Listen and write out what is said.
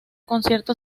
concierto